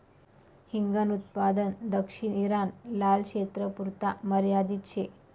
हिंगन उत्पादन दक्षिण ईरान, लारक्षेत्रपुरता मर्यादित शे